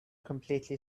completely